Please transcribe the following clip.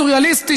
הסוריאליסטי,